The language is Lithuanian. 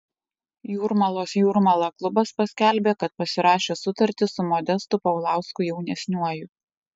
jūrmalos jūrmala klubas paskelbė kad pasirašė sutartį su modestu paulausku jaunesniuoju